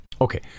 Okay